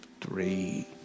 three